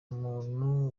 umuntu